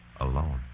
Alone